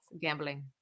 gambling